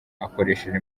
akoresheje